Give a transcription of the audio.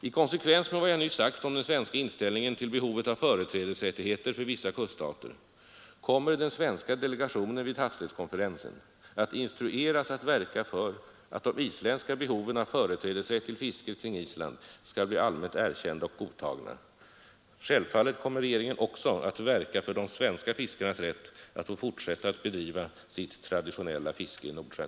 I konsekvens med vad jag nyss sagt om den svenska inställningen till behovet av företrädesrättigheter för vissa kuststater kommer den svenska delegationen vid havsrättskonferensen att instrueras att verka för att de isländska behoven av företrädesrätt till fisket kring Island skall bli allmänt erkända och godtagna. Självfallet kommer regeringen också att verka för de svenska fiskarnas rätt att få fortsätta att bedriva sitt traditionella fiske i Nordsjön.